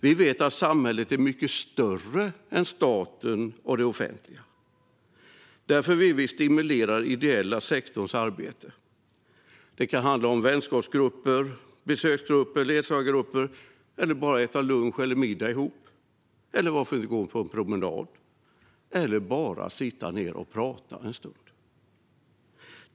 Vi vet att samhället är mycket större än staten och det offentliga. Därför vill vi stimulera den ideella sektorns arbete. Det kan handla om vänskapsgrupper, besöksgrupper, ledsagargrupper eller om att bara äta lunch eller middag ihop. Eller varför inte gå på en promenad eller bara sitta ned och prata en stund?